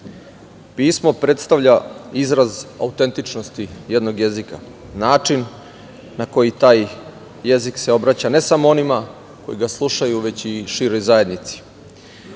pismo predstavlja izraz autentičnosti jednog jezika, način na koji taj jezik se obraća, ne samo onima koji ga slušaju, već i široj zajednici,